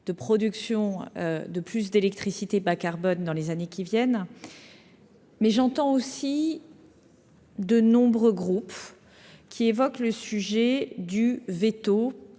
de production de plus d'électricité bas-carbone dans les années qui viennent, mais j'entends aussi de nombreux groupes qui évoque le sujet du véto